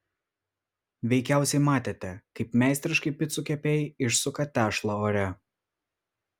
veikiausiai matėte kaip meistriškai picų kepėjai išsuka tešlą ore